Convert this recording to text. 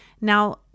Now